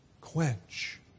quench